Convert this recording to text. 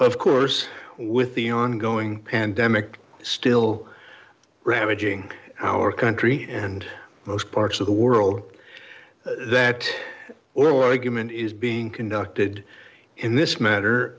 of course with the ongoing pandemic still ravaging our country and most parts of the world that oral argument is being conducted in this matter